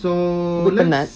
aku penat